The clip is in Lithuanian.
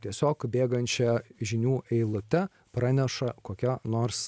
tiesiog bėgančia žinių eilute praneša kokia nors